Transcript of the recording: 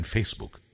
Facebook